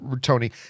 Tony